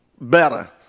better